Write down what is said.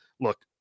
look